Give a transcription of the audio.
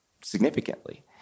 significantly